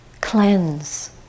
Cleanse